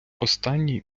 останній